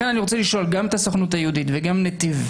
לכן אני רוצה לשאול גם את הסוכנות היהודית וגם את נתיב.